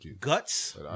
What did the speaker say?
guts